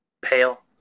pale